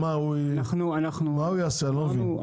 מה הוא יעשה אני לא מבין.